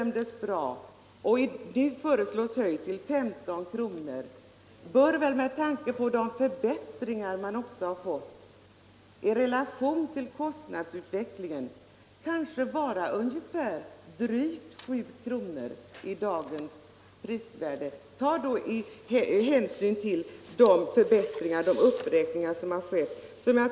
Med tanke på de förbättringar som tillkommit och det i dag förändrade penningvärdet är det väl ganska naturligt att sjukronan i dag måste höjas.